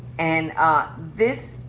and this,